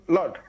Lord